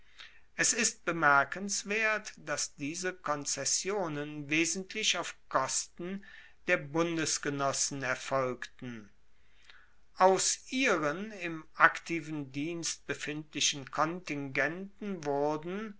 es ist bemerkenswert dass diese konzessionen wesentlich auf kosten der bundesgenossen erfolgten aus ihren im aktiven dienst befindlichen kontingenten wurden